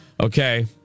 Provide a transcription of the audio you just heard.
Okay